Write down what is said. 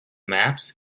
maps